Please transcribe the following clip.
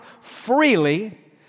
freely